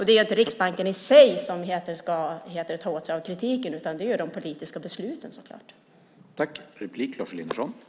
Det är inte Riksbanken i sig som ska ta åt sig av kritiken, utan det är ju de politiska besluten som ska kritiseras så klart.